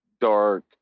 dark